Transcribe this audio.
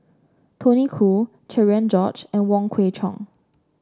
Tony Khoo Cherian George and Wong Kwei Cheong